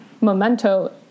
Memento